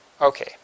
Okay